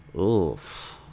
oof